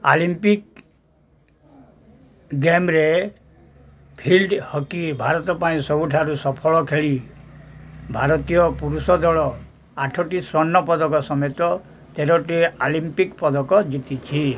Olympic ଗେମ୍ରେ field hockey Bharat ପାଇଁ ସବୁଠାରୁ ସଫଳ ଖେଳି ଭାରତୀୟ ପୁରୁଷ ଦଳ ଆଠଟି ସ୍ୱର୍ଣ୍ଣ ପଦକ ସମେତ ତେରଟି ଅଲମ୍ପିକ୍ ପଦକ ଜିତିଛି